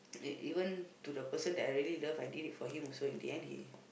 e~ even to the person I really love I did it for him also in the end he